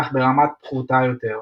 אך ברמה פחותה יותר.